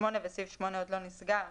וסעיף 8 עוד לא נסגר.